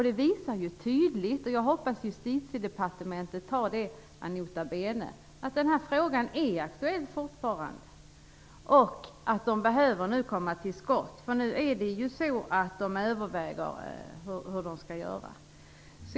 Det visar ju tydligt att den här frågan är aktuell fortfarande, och jag hoppas att Justitiedepartementet tar det ad notam. De behöver komma till skott, för de överväger ju nu hur de skall göra.